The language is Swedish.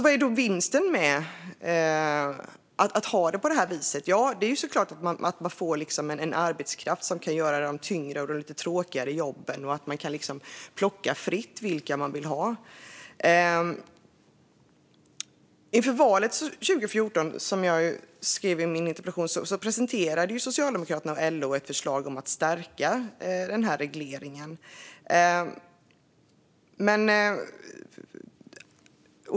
Vad är då vinsten för arbetsgivaren med att ha det på det här viset? Jo, det är såklart att man får arbetskraft som kan göra de tyngre och lite tråkigare jobben. Man kan liksom plocka fritt vilka man vill ha. Som jag skrev i min interpellation presenterade Socialdemokraterna och LO inför valet 2014 ett förslag om att stärka den här regleringen.